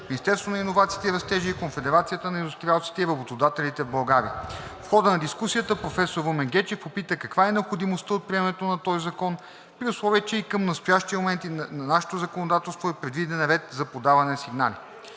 Министерството на иновациите и растежа и Конфедерацията на индустриалците и работодателите в България. В хода на дискусията професор Румен Гечев попита каква е необходимостта от приемането на този закон, при условие че и към настоящия момент в нашето законодателство е предвиден ред за подаване на сигнали.